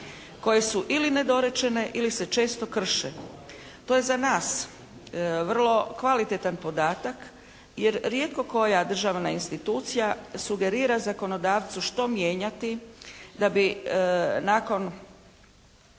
koje su ili nedorečene ili se često krše. To je za nas vrlo kvalitetan podatak jer rijetko koja državna institucija sugerira zakonodavcu što mijenjati da bi nakon,